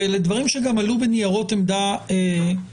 ואלה דברים שגם עלו בניירות עמדה שלכם